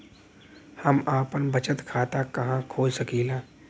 हम आपन बचत खाता कहा खोल सकीला?